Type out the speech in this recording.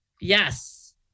yes